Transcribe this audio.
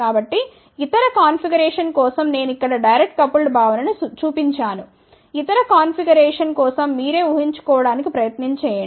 కాబట్టి ఇతర కాన్ఫిగరేషన్ కోసం నేను ఇక్కడ డెైరెక్ట్ కపుల్డ్ భావనను చూపించాను ఇతర కాన్ఫిగరేషన్ కోసం మీరే ఊహించుకోవడానికి ప్రయత్నం చేయండి